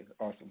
awesome